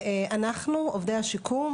אנחנו עובדי השיקום